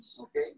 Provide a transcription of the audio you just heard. Okay